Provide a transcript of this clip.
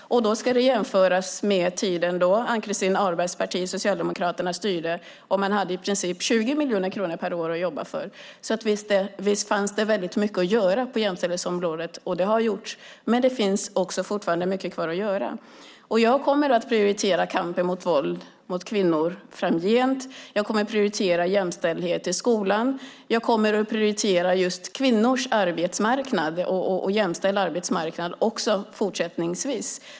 Det ska jämföras med tiden då Ann-Christin Ahlbergs parti, Socialdemokraterna, styrde och man hade i princip 20 miljoner kronor per år att jobba med. Visst fanns det alltså väldigt mycket att göra på jämställdhetsområdet, och det har gjorts. Det finns dock fortfarande mycket kvar att göra. Jag kommer att prioritera kampen mot våld mot kvinnor framgent. Jag kommer att prioritera jämställdhet i skolan. Jag kommer att prioritera just kvinnors arbetsmarknad och en jämställd arbetsmarknad också fortsättningsvis.